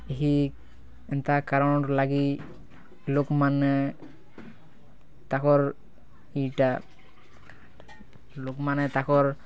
ଏହି ଏନ୍ତା କାରଣ ଲାଗି ଲୋକ୍ ମାନେ ତାକର ଇଟା ଲୋକ୍ ମାନେ ତାକର